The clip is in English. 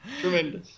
Tremendous